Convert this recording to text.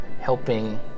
helping